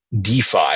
DeFi